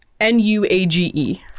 N-U-A-G-E